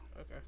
Okay